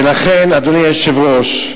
ולכן, אדוני היושב-ראש,